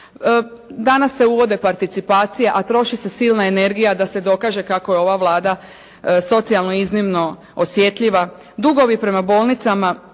Danas se uvode participacije, a troši se silna energija da se dokaže kako je ova Vlada socijalno iznimno osjetljiva, dugovi bolnica